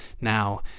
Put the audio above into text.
now